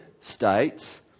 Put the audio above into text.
states